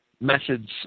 Methods